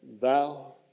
thou